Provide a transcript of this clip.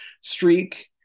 streak